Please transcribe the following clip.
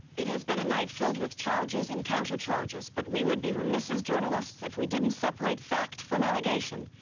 it has been a night filled with charges and counter chges. but we would be remiss as journalists if we didn't separate fact from allegation.